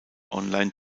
online